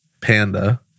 panda